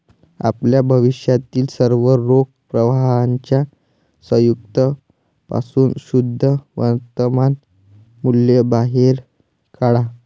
आपल्या भविष्यातील सर्व रोख प्रवाहांच्या संयुक्त पासून शुद्ध वर्तमान मूल्य बाहेर काढा